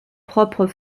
propres